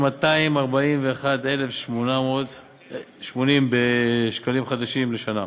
של 241,080 ש"ח בשנה,